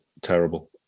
terrible